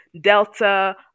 Delta